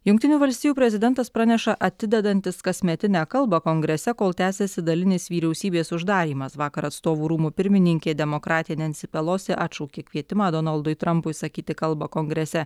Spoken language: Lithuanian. jungtinių valstijų prezidentas praneša atidedantis kasmetinę kalbą kongrese kol tęsiasi dalinis vyriausybės uždarymas vakar atstovų rūmų pirmininkė demokratė nensi pelosi atšaukė kvietimą donaldui trampui sakyti kalbą kongrese